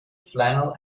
flannel